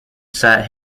sat